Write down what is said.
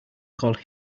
called